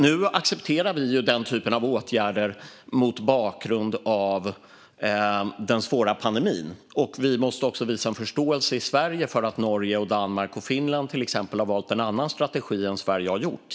Nu accepterar vi den typen av åtgärder mot bakgrund av den svåra pandemin, och vi måste givetvis också visa en förståelse i Sverige för att till exempel Norge, Danmark och Finland har valt en annan strategi än Sverige har gjort.